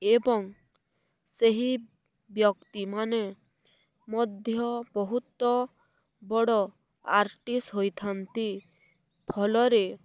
ଏବଂ ସେହି ବ୍ୟକ୍ତିମାନେ ମଧ୍ୟ ବହୁତ ବଡ଼ ଆର୍ଟିଷ୍ଟ୍ ହୋଇଥାନ୍ତି ଫଳରେ